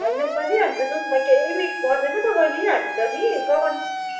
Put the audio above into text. होइन बहिनी हामी त दुधमा केही मिक्स गर्दैन त बहिनी हामी त नि कमान